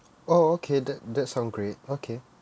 oh okay that that's sounds great okay